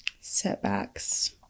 Setbacks